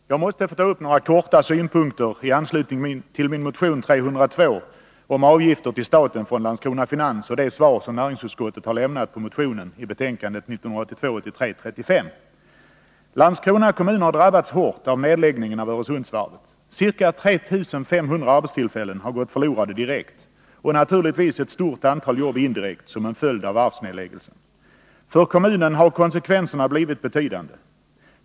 Herr talman! Jag måste kortfattat få ange några synpunkter i anslutning till min motion 302 om avgifter till staten från Landskrona Finans och de svar som näringsutskottet har lämnat på motionen i betänkandet 1982/83:35. Landskrona kommun har drabbats hårt av nedläggningen av Öresundsvarvet. Ca 3 500 arbetstillfällen har gått förlorade direkt — och naturligtvis ett stort antal jobb indirekt, som en följd av varvsnedläggelsen. För kommunen har konsekvenserna blivit betydande.